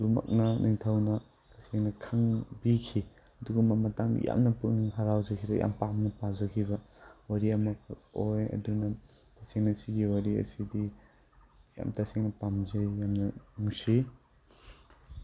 ꯑꯗꯨꯃꯛꯅ ꯅꯤꯡꯊꯧꯅ ꯇꯁꯦꯡꯅ ꯈꯪꯕꯤꯈꯤ ꯑꯗꯨꯒꯨꯝꯕ ꯃꯇꯥꯡꯗ ꯌꯥꯝꯅ ꯄꯨꯛꯅꯤꯡ ꯍꯔꯥꯎꯖꯈꯤꯕ ꯌꯥꯝꯅ ꯄꯥꯝꯅ ꯄꯥꯖꯈꯤꯕ ꯋꯥꯔꯤ ꯑꯃ ꯑꯣꯏ ꯑꯗꯨꯅ ꯇꯁꯦꯡꯅ ꯁꯤꯒꯤ ꯋꯥꯔꯤ ꯑꯁꯤꯗꯤ ꯌꯥꯝꯅ ꯇꯁꯦꯡꯅ ꯄꯥꯝꯖꯩ ꯌꯥꯝꯅ ꯅꯨꯡꯁꯤ